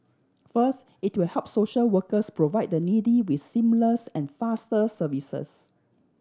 first it will help social workers provide the needy with seamless and faster services